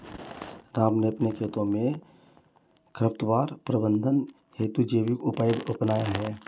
राम ने अपने खेतों में खरपतवार प्रबंधन हेतु जैविक उपाय अपनाया है